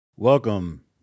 Welcome